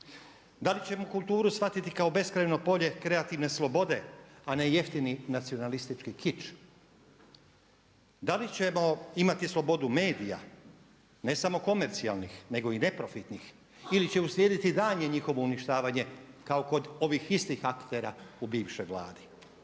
Da li ćemo kulturu shvatiti kao beskrajno polje kreativne slobode a ne jeftini nacionalistički kič? Da li ćemo imati slobodu medija ne samo komercijalnih nego i neprofitnih ili će uslijediti daljnje njihovo uništavanje kao kod ovih istih aktera u bivšoj Vladi?